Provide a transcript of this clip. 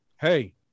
Hey